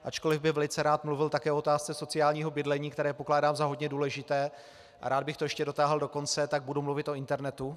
Ačkoliv bych velice rád mluvil také o otázce sociálního bydlení, které pokládám za hodně důležité, rád bych to ještě dotáhl do konce, tak budu mluvit o internetu.